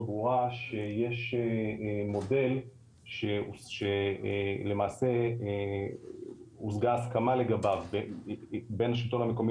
ברורה שיש מודל שלמעשה הושגה הסכמה לגביו בין השלטון המקומי